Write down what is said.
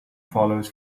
follows